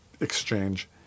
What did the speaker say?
exchange